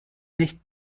nicht